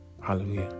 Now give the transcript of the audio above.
hallelujah